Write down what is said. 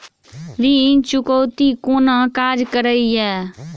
ऋण चुकौती कोना काज करे ये?